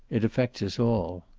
it affects us all.